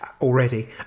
already